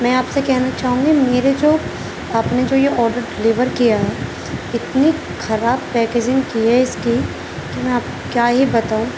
میں آپ سے کہنا چاہوں گی میرے جو آپ نے جو یہ آڈر ڈلیور کیا ہے اتنی خراب پیکجنگ کی ہے اس کی کہ میں اب کیا ہی بتاؤں